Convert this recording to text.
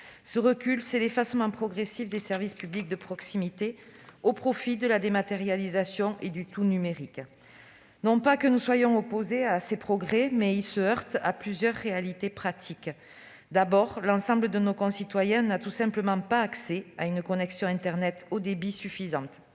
Ce recul, c'est l'effacement progressif des services publics de proximité au profit de la dématérialisation et du tout-numérique. Non pas que nous soyons opposés à ces progrès, mais ils se heurtent à plusieurs réalités pratiques. Tout d'abord, l'ensemble de nos concitoyens n'a tout simplement pas accès à une connexion internet haut débit suffisante.